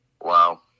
Wow